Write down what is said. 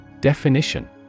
Definition